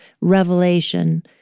revelation